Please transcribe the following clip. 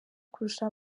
kurusha